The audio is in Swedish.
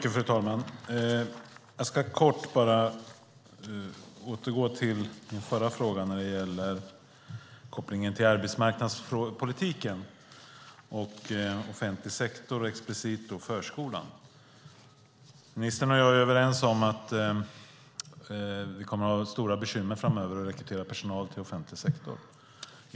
Fru talman! Jag ska bara kort återgå till min tidigare fråga med koppling till arbetsmarknadspolitiken och offentlig sektor, explicit förskolan. Ministern och jag är överens om att vi kommer att ha stora bekymmer framöver att rekrytera personal till offentlig sektor.